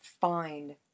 find